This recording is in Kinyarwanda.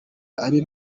abe